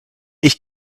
ich